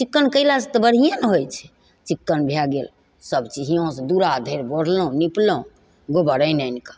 चिक्कन कयलासँ तऽ बढ़ियें ने होइ छै चिक्कन भए गेल सबचीज हियाँसँ दूरा धरि बोरलहुँ नीपलहुँ गोबर आनि आनि कऽ